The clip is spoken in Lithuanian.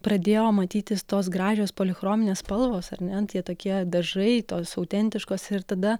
pradėjo matytis tos gražios polichrominės spalvos ar ne tie tokie dažai tos autentiškos ir tada